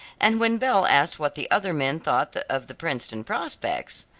and when belle asked what the other men thought of the princeton prospects,